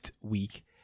Week